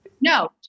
No